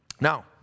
now